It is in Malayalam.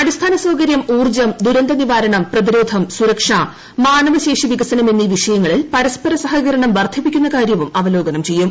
അടിസ്ഥാന സൌകര്യം ഊർജ്ജം ദുരന്ത നിവാരണം പ്രതിരോധം സുരക്ഷ മാനവശേഷിവികസനം എന്നീവിഷയങ്ങളിൽ പരസ്പര സഹകരണം വർദ്ധിപ്പിക്കുന്ന കാര്യവുംഅവലോകനം ചെയ്യും